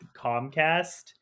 Comcast